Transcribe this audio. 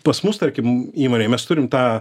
pas mus tarkim įmonėj mes turime tą